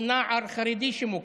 תמונה של חרדי שמוכה.